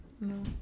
No